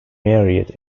married